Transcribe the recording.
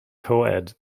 coed